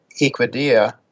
Equidia